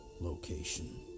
location